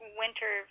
winter